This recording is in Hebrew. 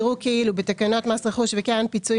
יראו כאילו בתקנות מס רכוש וקרן פיצויים